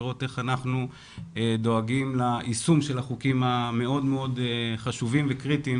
לראות איך אנחנו דואגים ליישום של החוקים המאוד מאוד חשובים וקריטיים